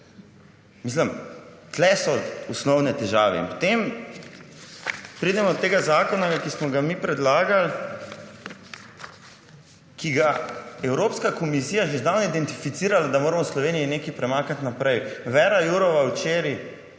Tukaj so osnovne težave. Potem pridemo do tega zakona, ki smo ga mi predlagali, ki ga je Evropska komisija že zdavnaj identificirala, da moramo v Sloveniji nekaj premakniti naprej. Vera Jourova včeraj